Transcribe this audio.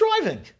driving